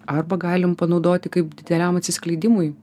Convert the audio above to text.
arba galim panaudoti kaip dideliam atsiskleidimui